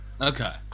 Okay